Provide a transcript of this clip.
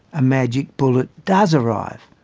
a magic bullet does arrive,